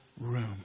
room